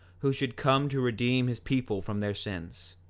who should come to redeem his people from their sins.